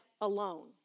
alone